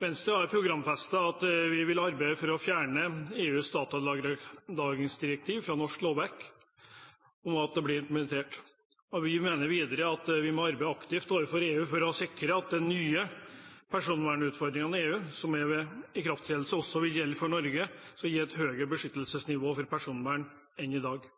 Venstre har programfestet at vi vil arbeide for å fjerne EUs datalagringsdirektiv fra norsk lovverk om det blir implementert. Vi mener videre at vi må arbeide aktivt overfor EU for å sikre at den nye personvernforordningen i EU, som ved ikrafttredelse også vil gjelde for Norge, skal gi et høyere beskyttelsesnivå for personvern enn man har i dag.